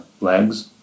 legs